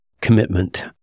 commitment